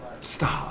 Stop